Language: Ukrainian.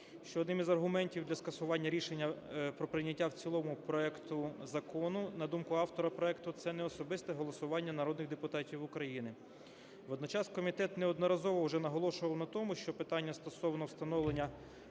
що одним із аргументів для скасування рішення про прийняття в цілому проекту закону, на думку автора проекту, це неособисте голосування народних депутатів України. Водночас комітет неодноразово вже наголошував на тому, що питання стосовно встановлення